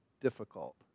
difficult